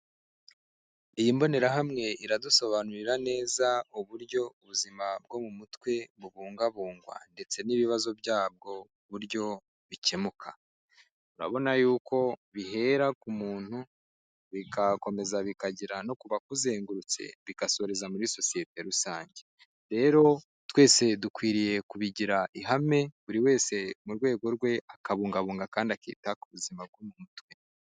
Iyi mbonerahamwe iradusobanurira neza, uburyo ubuzima bwo mu mutwe bubungabungwa ndetse n'ibibazo byabwo uburyo bikemuka. Urabona yuko bihera ku muntu, bigakomeza bikagera no ku bakuzengurutse, bigasoreza muri sosiyete rusange. Rero twese dukwiriye kubigira ihame, buri wese mu rwego rwe akabungabunga kandi akita ku buzima bwo mu mutwe.